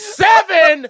seven